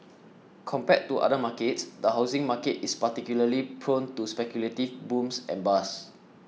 compared to other markets the housing market is particularly prone to speculative booms and bust